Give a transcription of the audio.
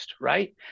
right